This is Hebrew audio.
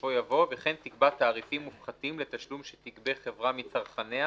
בסופו יבוא 'וכן תקבע תעריפים מופחתים לתשלום שתגבה חברה מצרכניה